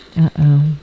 Uh-oh